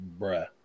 bruh